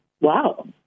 Wow